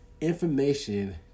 Information